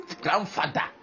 grandfather